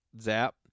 Zap